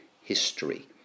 history